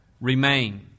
remain